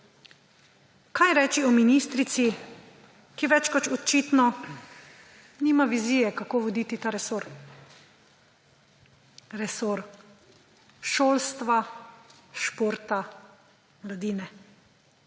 Kaj reči o ministrici, ki več kot očitno nima vizije, kako voditi ta resor; resor šolstva, športa, mladine?